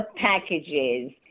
packages